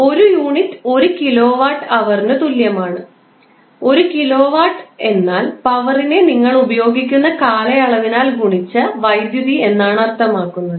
1 unit 1 kilowatt hour ന് തുല്യമാണ് 1 kilowatt എന്നാൽ പവറിനെ നിങ്ങൾ ഉപയോഗിക്കുന്ന കാലയളവിനാൽ ഗുണിച്ച വൈദ്യുതി എന്നാണ് അർത്ഥമാക്കുന്നത്